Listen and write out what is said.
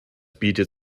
bietet